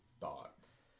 Thoughts